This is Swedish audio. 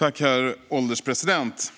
Herr ålderspresident!